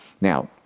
Now